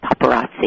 paparazzi